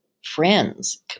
Friends